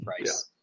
price